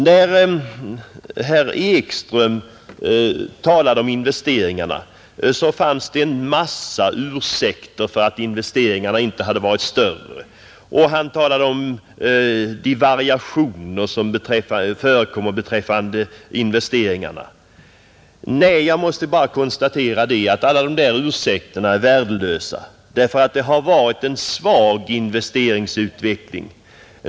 När herr Ekström talade om investeringarna hade han en mängd ursäkter för att investeringarna inte hade varit större, och han talade om de variationer som kunde förekomma beträffande investeringarna. Nej, jag måste konstatera att alla de där ursäkterna är värdelösa. Det har varit en svag investeringsutveckling.